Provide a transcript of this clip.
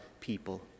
people